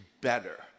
better